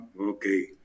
Okay